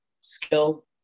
skill